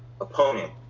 opponent